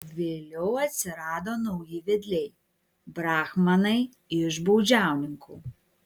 vėliau atsirado nauji vedliai brahmanai iš baudžiauninkų